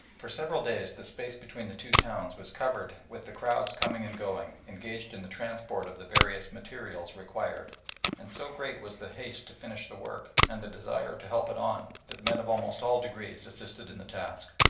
for several days the space between the two towns was covered with the crowds coming and going, engaged in the transport of the various materials required and so great was the haste to finish the work and the desire to help it on, that men of almost all degrees assisted in the task.